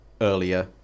earlier